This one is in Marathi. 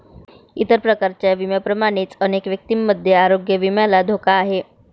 इतर प्रकारच्या विम्यांप्रमाणेच अनेक व्यक्तींमध्ये आरोग्य विम्याला धोका आहे